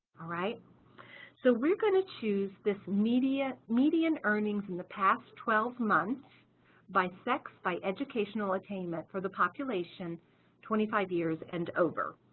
so we're going to choose this median median earnings in the past twelve months by sex, by educational attainment for the population twenty five years and over.